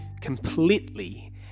completely